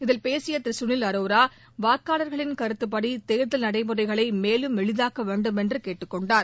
இதில் பேசிய திரு கனில் அரோரா வாக்காளர்களின் கருத்துப்படி தேர்தல் நடைமுறைகளை மேலும் எளிதாக்க வேண்டும் என்று கேட்டுக்கொண்டார்